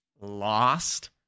lost